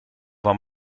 van